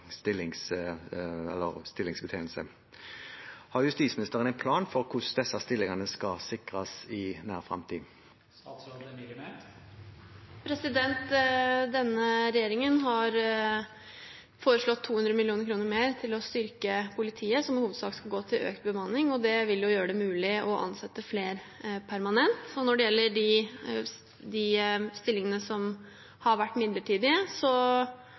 stillingsbetegnelse. Har justisministeren en plan for hvordan disse stillingene skal sikres i nær fremtid? Denne regjeringen har foreslått 200 mill. kr mer for å styrke politiet, og det skal i hovedsak gå til økt bemanning. Det vil gjøre det mulig å ansette flere permanent. Når det gjelder de stillingene som har vært midlertidige, er det i utgangspunktet vårt ønske å videreføre dem, men så